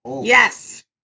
Yes